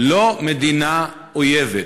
לא מדינה אויבת.